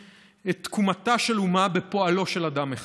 את תקומתה של אומה בפועלו של אדם אחד.